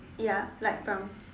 ya light brown